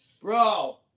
Bro